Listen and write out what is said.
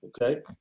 okay